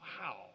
Wow